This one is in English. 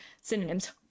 synonyms